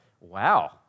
wow